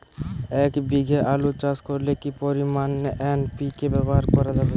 এক বিঘে আলু চাষ করলে কি পরিমাণ এন.পি.কে ব্যবহার করা যাবে?